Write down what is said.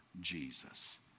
Jesus